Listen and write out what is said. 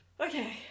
Okay